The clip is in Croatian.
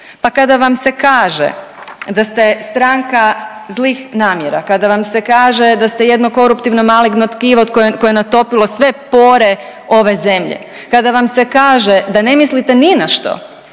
pa kada vam se kaže da ste stranka zlih namjera, kada vam se kaže da ste jedno koruptivno maligno tkivo koje je natopilo sve pore ove zemlje, kada vam se kaže da ne mislite ni na što